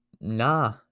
nah